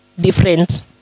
different